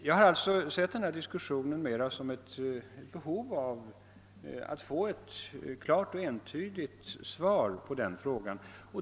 Jag har alltså sett denna diskussion närmast som uttryck för ett behov av att få ett klart och entydigt svar på denna fråga.